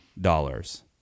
dollars